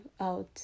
out